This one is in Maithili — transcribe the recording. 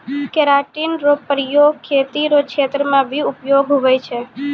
केराटिन रो प्रयोग खेती रो क्षेत्र मे भी उपयोग हुवै छै